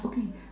okay